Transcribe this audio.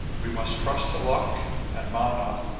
we must trust to luck and mownoth,